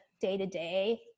day-to-day